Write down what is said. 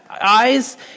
eyes